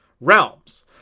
realms